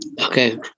Okay